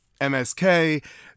MSK